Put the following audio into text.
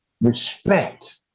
respect